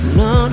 no